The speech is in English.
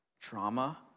trauma